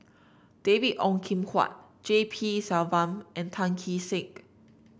David Ong Kim Huat G P Selvam and Tan Kee Sek